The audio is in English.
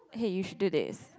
hey you should do this